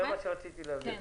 זה מה שרציתי להסביר.